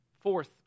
Fourth